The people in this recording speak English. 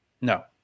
no